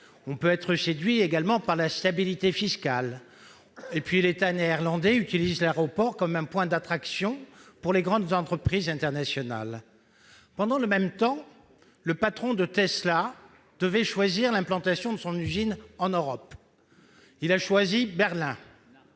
aux Pays-Bas, ainsi que par la stabilité fiscale. L'État néerlandais utilise l'aéroport comme un point d'attraction pour les grandes entreprises internationales. Dans le même temps, le patron de Tesla, pour l'implantation de son usine en Europe, a choisi Berlin.